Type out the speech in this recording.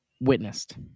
witnessed